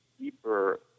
deeper